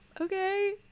okay